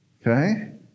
Okay